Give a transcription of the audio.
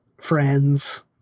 friends